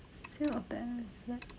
sale of balance flat